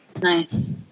Nice